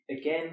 again